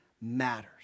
matters